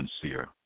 sincere